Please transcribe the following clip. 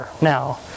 now